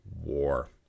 War